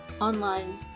online